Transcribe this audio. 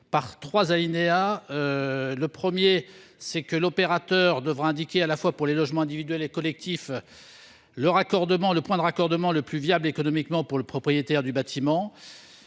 premier alinéa prévoit que l'opérateur devra indiquer, à la fois pour les logements individuels et les logements collectifs, le point de raccordement le plus viable économiquement pour le propriétaire du bâtiment.